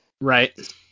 Right